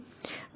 r છે